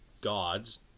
gods